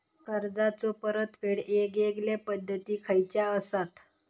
कर्जाचो परतफेड येगयेगल्या पद्धती खयच्या असात?